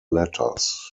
letters